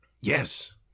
Yes